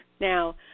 Now